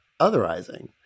otherizing